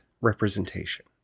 representation